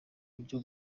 buryo